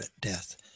death